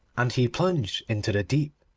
and he plunged into the deep,